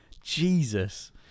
Jesus